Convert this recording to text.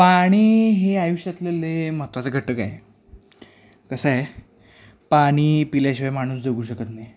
पाणी हे आयुष्यातला ले महत्त्वाचा घटकाय कसं आहे पाणी पिल्याशिवाय माणूस जगू शकत नाही